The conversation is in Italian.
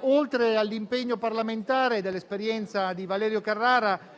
Oltre all'impegno parlamentare, dell'esperienza di Valerio Carrara